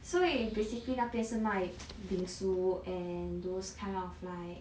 所以 basically 那边是卖 bingsu and those kind of like